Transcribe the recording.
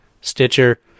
Stitcher